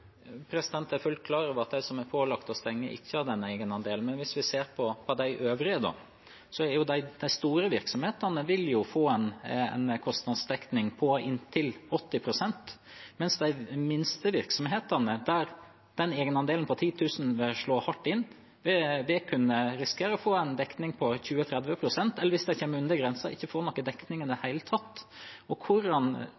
Jeg er fullt klar over at de som er pålagt å stenge, ikke har den egenandelen, men hvis vi ser på de øvrige, er det jo slik at de store virksomhetene vil få en kostnadsdekning på inntil 80 pst., mens for de minste virksomhetene vil egenandelen på 10 000 kr slå hardt inn. De vil kunne risikere å få en dekning på 20–30 pst., eller hvis de kommer under grensen: ikke få noen dekning i det